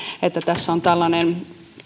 että tässä on tällainen